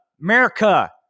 America